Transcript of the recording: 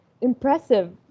impressive